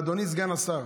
ואדוני סגן השר,